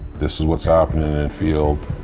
this is what's happening in and field,